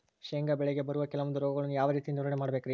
ಶೇಂಗಾ ಬೆಳೆಗೆ ಬರುವ ಕೆಲವೊಂದು ರೋಗಗಳನ್ನು ಯಾವ ರೇತಿ ನಿರ್ವಹಣೆ ಮಾಡಬೇಕ್ರಿ?